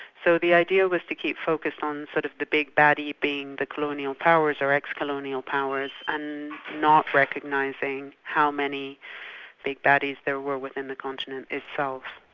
so the idea was was to keep focused on sort of the big, baddy being the colonial powers or ex-colonial powers, and not recognising how many big baddies there were within the continent itself.